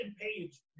page